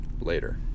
later